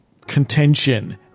contention